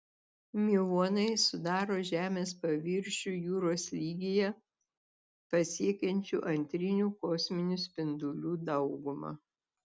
miuonai sudaro žemės paviršių jūros lygyje pasiekiančių antrinių kosminių spindulių daugumą